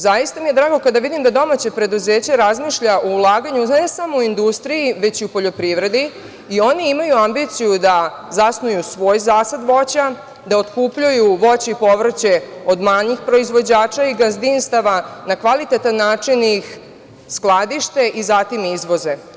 Zaista mi je drago da kada vidim da domaća preduzeća razmišljaju o ulaganju, ne samo u industriji, već i u poljoprivredi i oni imaju ambiciju da zasnuju svoj zasad voća, da otkupljuju voće i povrće od manjih proizvođača i gazdinstava, na kvalitetan način ih skladište i zatim izvoze.